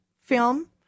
film